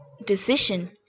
decision